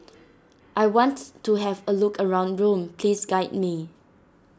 I want to have a look around Rome please guide me